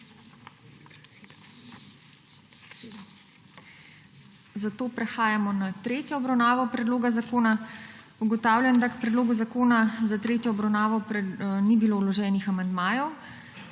Zato prehajamo na **tretjo obravnavo** predloga zakona. Ugotavljam, da k predlogu zakona za tretjo obravnavo ni bilo vloženih amandmajev.